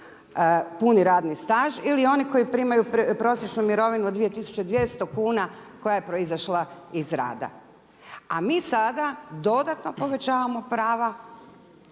puni radni staž ili oni koji primaju prosječnu mirovinu od 2 200 kuna koja je proizašla iz rada? A mi sada dodatno povećavamo prava